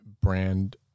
brand